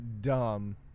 dumb